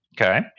Okay